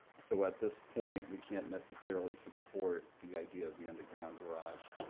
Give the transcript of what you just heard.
so at this point we can't necessarily support the idea of the underground garage.